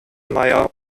meyer